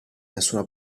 nessuna